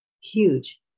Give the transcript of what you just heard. huge